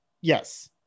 yes